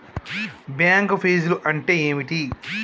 Bank ఫీజ్లు అంటే ఏమిటి?